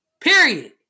Period